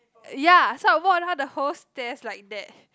ya so I walk around the whole stairs like that